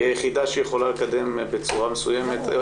היחידה שיכולה לקדם בצורה מסוימת.